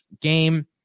game